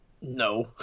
No